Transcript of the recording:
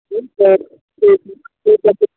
ठीक है ठीक ठीक है फिर